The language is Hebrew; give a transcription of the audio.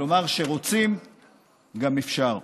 כלומר, כשרוצים גם אפשר.